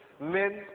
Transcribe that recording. men